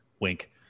Wink